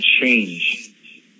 change